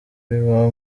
biba